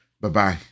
Bye-bye